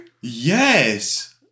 Yes